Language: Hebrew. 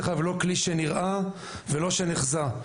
לא כלי שנראה ולא כלי שנחזה.